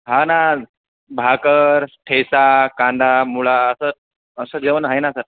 हो ना भाकरी ठेचा कांदा मुळा असं असं जेवण आहे ना स